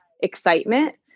excitement